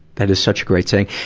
that is such a great saying.